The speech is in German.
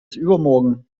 übermorgen